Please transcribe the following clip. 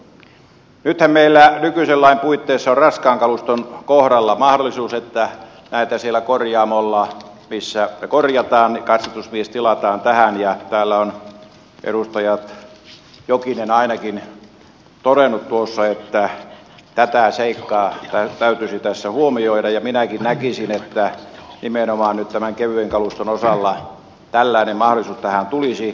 nythän meillä nykyisen lain puitteissa on raskaan kaluston kohdalla mahdollisuus että sinne korjaamolle missä korjataan katsastusmies tilataan ja täällä on edustaja jokinen ainakin todennut tuossa että tätä seikkaa täytyisi tässä huomioida ja minäkin näkisin että nimenomaan nyt tämän kevyen kaluston osalla tällainen mahdollisuus tähän tulisi